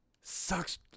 sucks